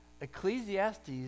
ecclesiastes